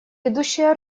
ведущая